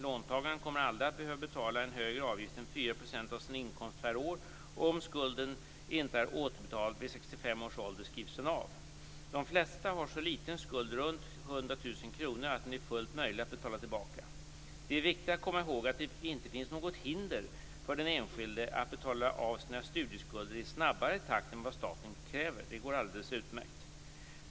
Låntagaren kommer aldrig att behöva betala en högre avgift än 4 % av sin inkomst per år, och om skulden inte är återbetalad vid 65 års ålder skrivs den av. De flesta har en så liten skuld, runt 100 000 kr, att den är fullt möjlig att betala tillbaka. Det är viktigt att komma ihåg att det inte finns något som hindrar den enskilde att i dag betala av sina studieskulder i snabbare takt än vad staten kräver. Det går alldeles utmärkt.